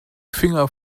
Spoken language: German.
finger